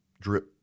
drip